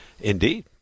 Indeed